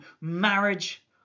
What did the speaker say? marriage